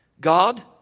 God